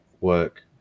work